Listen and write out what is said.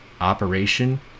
operation